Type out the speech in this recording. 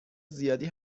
زیادی